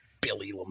Billy